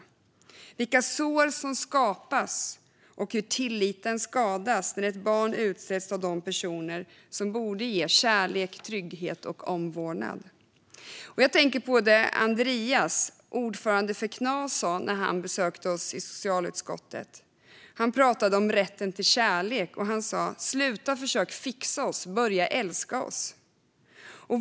Det handlar om vilka sår som skapas och hur tilliten skadas när barn utsätts av de personer som borde ge dem kärlek, trygghet och omvårdnad. Jag tänker på det Andreas, ordförande för Knas hemma, sa när han besökte oss i socialutskottet. Han pratade om rätten till kärlek och sa: Sluta försöka fixa oss - börja älska oss!